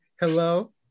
hello